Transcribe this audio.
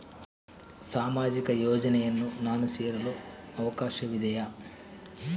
ಸಾಮಾಜಿಕ ಯೋಜನೆಯನ್ನು ನಾನು ಸೇರಲು ಅವಕಾಶವಿದೆಯಾ?